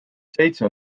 seitse